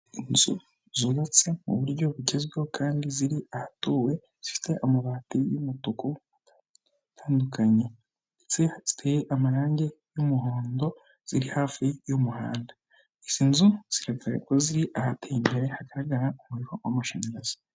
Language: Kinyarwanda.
Inzu zubatse mu buryo bugezweho kandi ziri ahatuwe, zifite amabati y'umutuku atandukanye ndetse ziteye amarangi y'umuhondo ziri hafi y'umuhanda. izi nzu ziragaragara ko ziri ahateye imbere, hagaragara umuriro w'amashanyarazi.